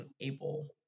able